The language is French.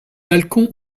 balcon